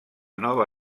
nova